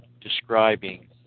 describing